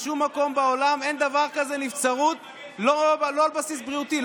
בשום מקום בעולם אין דבר כזה נבצרות לא על בסיס בריאותי.